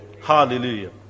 Hallelujah